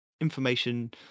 information